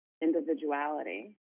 individuality